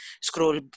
scroll